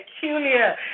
peculiar